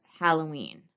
Halloween